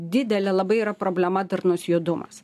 didelė labai yra problema darnus judumas